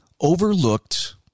overlooked